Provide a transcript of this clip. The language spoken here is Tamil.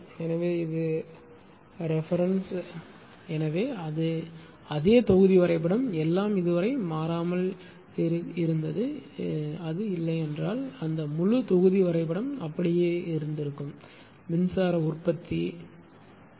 எனவே இது ரெபெரென்ஸ் எனவே அதே தொகுதி வரைபடம் எல்லாம் இது வரை மாறாமல் இருந்தது அது இல்லை என்றால் அந்த முழு தொகுதி வரைபடம் அப்படியே இருக்கும் மின்சாரம் உற்பத்தி மின் உற்பத்தி